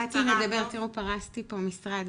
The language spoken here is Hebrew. פרשתי פה משרד,